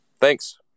Thanks